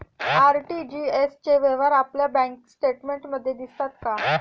RTGS चे व्यवहार आपल्या बँक स्टेटमेंटमध्ये दिसतात का?